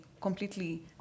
completely